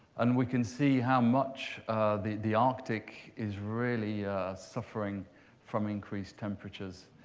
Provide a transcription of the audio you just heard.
and we can see how much the the arctic is really suffering from increased temperatures.